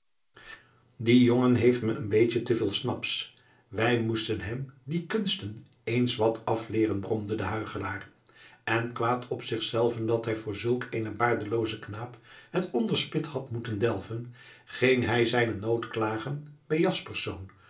die jongen heeft me een beetje te veel snaps wij moesten hem die kunsten eens wat afleeren bromde de huichelaar en kwaad op zichzelven dat hij voor zulk eenen baardeloozen knaap het onderspit had moeten delven ging hij zijnen nood klagen bij